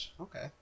Okay